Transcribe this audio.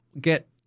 get